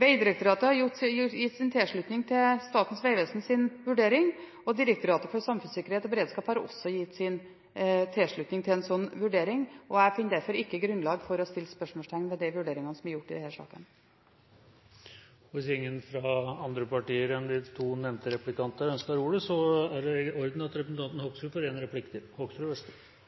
Vegdirektoratet har gitt sin tilslutning til Statens vegvesens vurdering, og Direktoratet for samfunnssikkerhet og beredskap har også gitt sin tilslutning til en slik vurdering. Jeg finner derfor ikke grunnlag for å stille spørsmål ved de vurderingene som er gjort i denne saken. Hvis ingen fra andre partier ønsker ordet, er det i orden at representanten Hoksrud får ordet til en replikk til. – Representanten Bård Hoksrud, vær så god.